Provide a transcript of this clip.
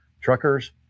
truckers